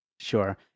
Sure